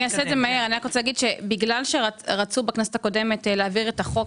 בגלל שרצו בכנסת הקודמת להעביר את החוק